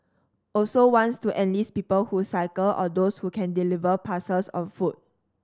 also wants to enlist people who cycle or those who can deliver parcels on foot